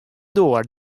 doar